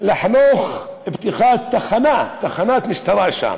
לחנוך פתיחת תחנה, תחנת משטרה שם,